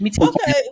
okay